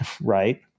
Right